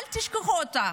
אל תשכחו אותה.